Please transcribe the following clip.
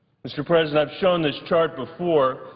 mr. president, i have shown this chart before.